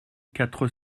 quatre